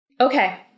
Okay